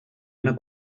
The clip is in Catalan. una